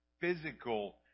physical